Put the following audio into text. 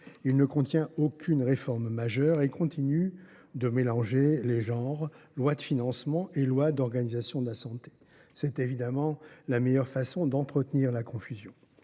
Il ne contient aucune réforme majeure et continue de mélanger les genres, entre loi de financement et loi d’organisation de la santé. C’est évidemment la meilleure façon d’entretenir la confusion.